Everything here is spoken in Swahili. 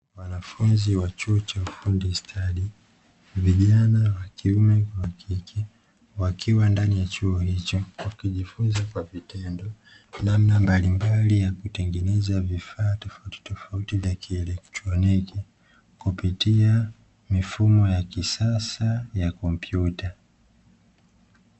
Wanafunzi wa chuo cha ufundi stadi vijana wa kiume kwa wa kike, wakiwa ndani ya chuo hicho, wakijifunza kwa vitendo namna mbalimbali ya kutengeneza vifaa tofauti tofauti vya kielektroniki, kupitia mifumo ya kisasa ya kompyuta.